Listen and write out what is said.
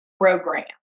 program